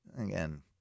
Again